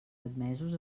admesos